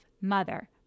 mother